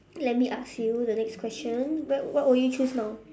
let me ask you the next question what what will you choose now